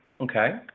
Okay